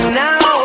now